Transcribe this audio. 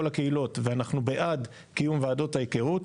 הקהילות ואנחנו בעד קיום ועדות ההיכרות,